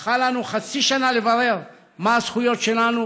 לקח לנו חצי שנה לברר מה הזכויות שלנו